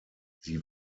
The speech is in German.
sie